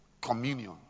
Communion